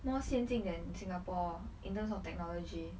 more 先进 than singapore in terms of technology